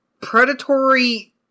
predatory